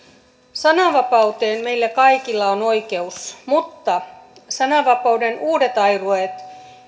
sananvapauteen meillä kaikilla on oikeus mutta sananvapauden uudet airuet